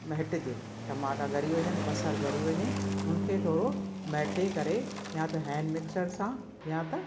महिटिजे टमाटा ॻरी वञनि बसरु ॻरी वञे हुनखे थोरो महिटे करे या त हैंड मिक्सर सां या त